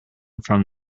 from